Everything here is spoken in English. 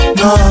no